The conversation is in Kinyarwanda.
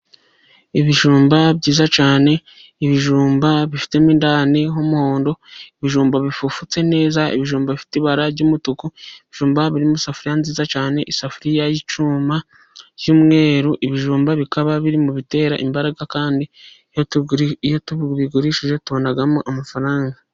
Ibijumba byiza cyane, ibijumba bifitemo indani umuhondo, ibijumba bifufutse neza, ibijumba bifite ibara ry'umutuku, ibijumba biri mu isafuriya nziza cyane, isafuriya y'icyuma cy'umweru. Ibijumba bikaba biri mu bitera imbaraga, kandi iyo tubigurishije tubonamo amafaranga.